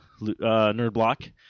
NerdBlock